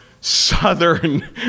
southern